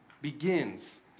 begins